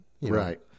Right